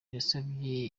yasavye